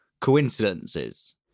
coincidences